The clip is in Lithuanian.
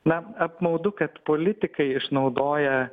na apmaudu kad politikai išnaudoja